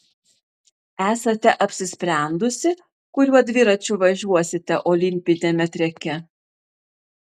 esate apsisprendusi kuriuo dviračiu važiuosite olimpiniame treke